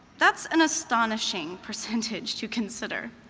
that's' an astonishing percentage to consider.